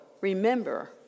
remember